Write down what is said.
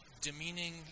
demeaning